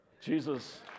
Jesus